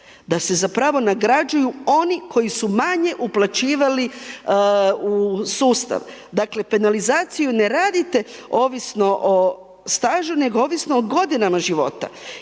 da se zapravo nagrađuju oni koji su manje uplaćivali u sustav. Dakle, penalizaciju ne radite ovisno o stažu, nego ovisno o godinama života